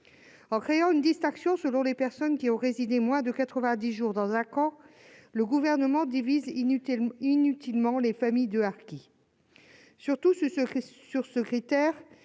En créant une distinction selon les personnes qui ont résidé moins de quatre-vingt-dix jours dans un camp, le Gouvernement divise inutilement les familles de harkis. Surtout, ce critère